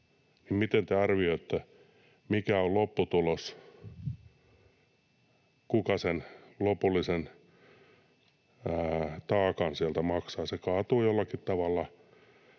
Miten te arvioitte, mikä on lopputulos, kuka sen lopullisen taakan sieltä maksaa? Se kaatuu jollakin tavalla